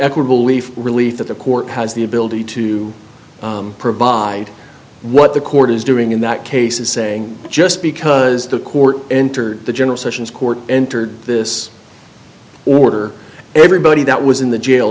equitable leave relief that the court has the ability to provide what the court is doing in that case is saying just because the court entered the general sessions court entered this order everybody that was in the jail